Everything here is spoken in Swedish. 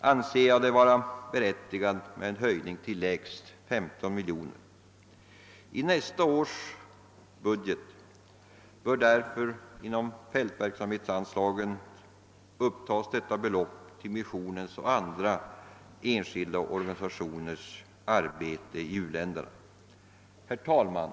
anser jag det vara berättigat med en höjning till lägst 15 miljoner. I nästa budgetårs riksstat bör därför inom = fältverksamhetsanslaget upptas detta belopp till missionens och andra enskilda organisationers arbete i u-länderna. Herr talman!